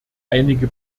einige